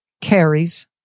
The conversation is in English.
carries